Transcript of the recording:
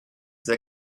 the